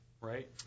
right